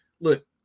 Look